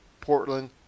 Portland